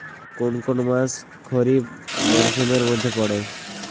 কোন কোন মাস খরিফ মরসুমের মধ্যে পড়ে?